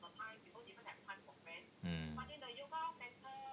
mm